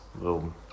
little